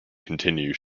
continue